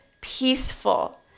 peaceful